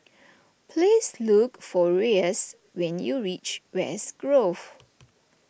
please look for Reyes when you reach West Grove